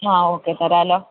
അ okay തരാമല്ലോ